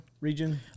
region